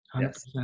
yes